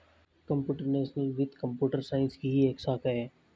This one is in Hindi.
कंप्युटेशनल वित्त कंप्यूटर साइंस की ही एक शाखा है